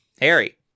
Harry